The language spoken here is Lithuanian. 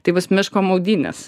tai bus miško maudynės